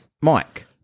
Mike